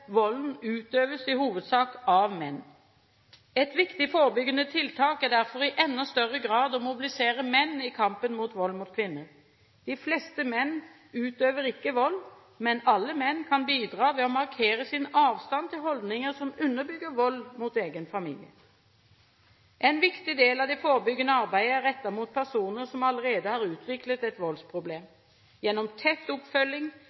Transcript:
volden utøves i hovedsak av menn. Et viktig forebyggende tiltak er derfor i enda større grad å mobilisere menn i kampen mot vold mot kvinner. De fleste menn utøver ikke vold, men alle menn kan bidra ved å markere sin avstand til holdninger som underbygger vold mot egen familie. En viktig del av det forebyggende arbeidet er rettet mot personer som allerede har utviklet et voldsproblem. Gjennom tett oppfølging,